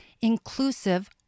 inclusive